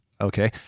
Okay